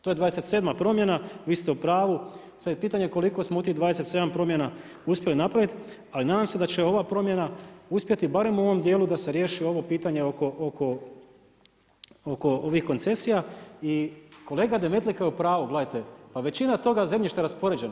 To je 27. promjena, vi ste u pravu, sad je pitanje koliko smo u tih 27 promjena uspjeli napraviti, ali nadam se da će ova promjena uspjeti barem u ovom djelu da se riješi ovo pitanje oko ovih koncesija i kolega Demetlika je u pravu, gledajte, pa većina toga zemljišta je raspoređena.